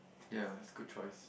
ya but is good choice